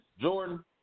Jordan